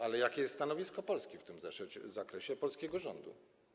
Ale jakie jest stanowisko Polski w tym zakresie, polskiego rządu?